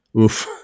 Oof